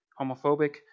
homophobic